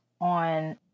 on